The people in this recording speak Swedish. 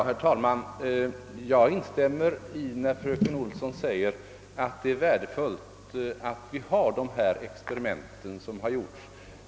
Herr talman! Jag instämmer i fröken Olssons påstående att det är värdefullt att göra dessa experiment.